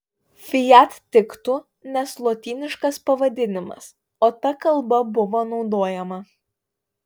fiat tiktų nes lotyniškas pavadinimas o ta kalba buvo naudojama